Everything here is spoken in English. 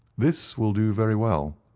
this will do very well.